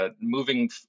moving